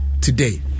today